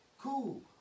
cool